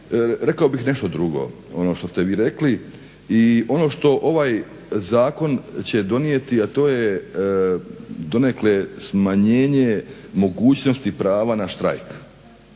rekao bih nešto drugo, ono što ste vi rekli i ono što ovaj zakon će donijeti, a to je donekle smanjenje mogućnosti prava na štrajk.